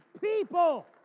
people